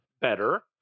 better